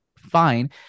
Fine